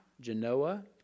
Genoa